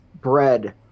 bread